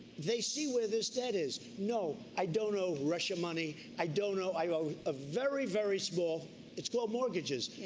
they see where this debt is. no, i don't owe russia money. i don't owe i owe a very, very small it's called mortgages.